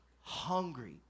hungry